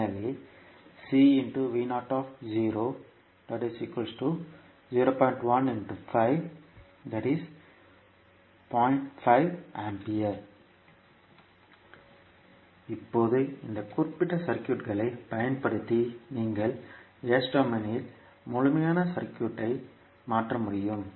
எனவே இப்போது இந்த குறிப்பிட்ட சர்க்யூட்களைப் பயன்படுத்தி நீங்கள் S டொமைனில் முழுமையான சர்க்யூட் மாற்ற முடியும்